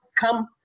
come